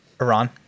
Iran